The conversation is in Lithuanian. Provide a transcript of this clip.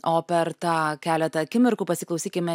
o per tą keletą akimirkų pasiklausykime